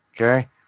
Okay